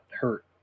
hurt